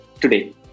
today